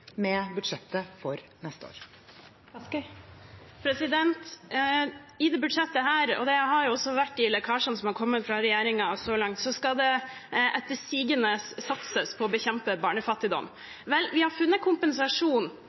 med budsjettet for neste år. I dette budsjettet – og dette har også vært i lekkasjene som har kommet fra regjeringen så langt – skal det etter sigende satses på å bekjempe barnefattigdom. Vel, vi har funnet kompensasjon